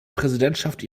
präsidentschaft